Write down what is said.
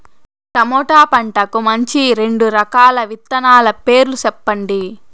tomato పంటకు మంచి రెండు రకాల విత్తనాల పేర్లు సెప్పండి